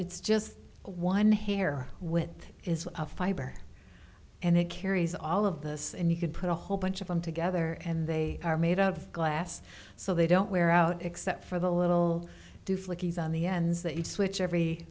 it's just one hair which is a fiber and it carries all of this and you could put a whole bunch of them together and they are made of glass so they don't wear out except for the little do flick is on the ends that you switch every